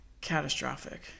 Catastrophic